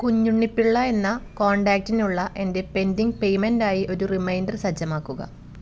കുഞ്ഞുണ്ണി പിള്ള എന്ന കോൺടാക്റ്റിനുള്ള എൻ്റെ പെൻഡിംഗ് പേയ്മെൻറ്റായി ഒരു റിമൈൻഡർ സജ്ജമാക്കുക